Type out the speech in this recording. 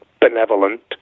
benevolent